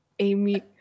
Amy